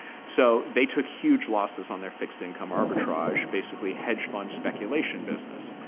so they took huge losses on their fixed income arbitrage, basically hedge fund speculation business.